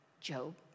Job